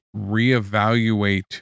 reevaluate